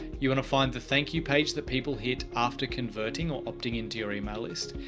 you want to find the thank you page that people hit after converting or opting into your email list.